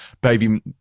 baby